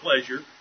pleasure